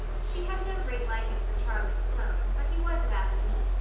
she had no great liking for charlie sloane but he was of avonlea,